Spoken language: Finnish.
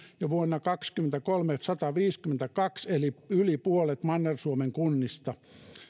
ja vuonna kaksikymmentäkolme jo sataviisikymmentäkaksi eli yli puolet manner suomen kunnista